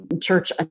church